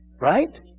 Right